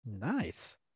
Nice